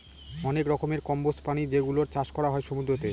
অনেক রকমের কম্বোজ প্রাণী যেগুলোর চাষ করা হয় সমুদ্রতে